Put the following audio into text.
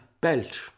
belt